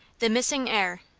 the missing heir.